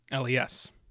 LES